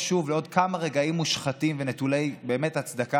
שוב לעוד כמה רגעים באמת מושחתים ונטולי הצדקה,